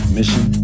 Mission